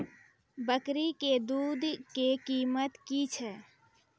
बकरी के दूध के कीमत की छै?